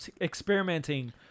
experimenting